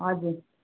हजुर